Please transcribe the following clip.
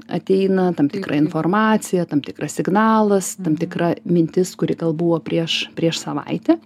ateina tam tikra informacija tam tikras signalas tam tikra mintis kuri gal buvo prieš prieš savaitę